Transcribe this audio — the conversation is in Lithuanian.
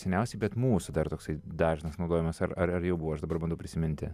seniausiai bet mūsų dar toksai dažnas naudojimas ar ar jau buvo aš dabar bandau prisiminti